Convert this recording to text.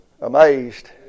Amazed